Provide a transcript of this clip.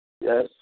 Yes